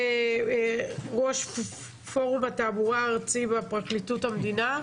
ראש פורום התעבורה הארצי בפרקליטות המדינה,